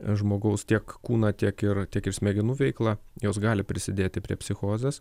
žmogaus tiek kūną tiek ir tiek ir smegenų veikla jos gali prisidėti prie psichozės